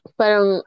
parang